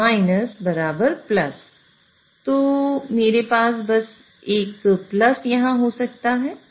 तो मेरे पास बस एक यहाँ हो सकता है